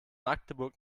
magdeburg